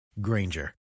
Granger